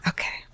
Okay